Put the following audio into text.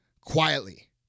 quietly